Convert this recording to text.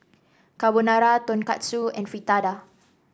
Carbonara Tonkatsu and Fritada